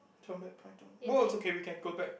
turn that point on oh it's okay we can go back